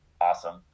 awesome